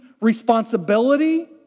responsibility